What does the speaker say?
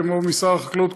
כמו במשרד החקלאות,